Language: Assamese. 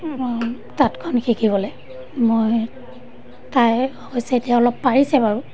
তাঁতখন শিকিবলৈ মই তাই হৈছে এতিয়া অলপ পাৰিছে বাৰু